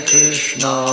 Krishna